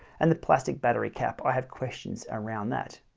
and the plastic battery cap i have questions around that.